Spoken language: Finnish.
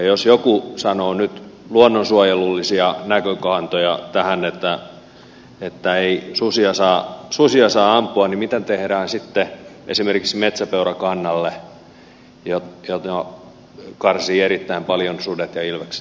jos joku sanoo nyt luonnonsuojelullisia näkökantoja tähän että ei susia saa ampua niin mitä tehdään sitten esimerkiksi metsäpeurakannalle jota karsivat erittäin paljon sudet ja ilvekset